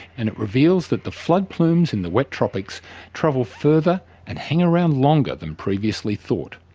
and it reveals that the flood plumes in the wet tropics travel further and hang around longer than previously thought,